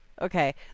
okay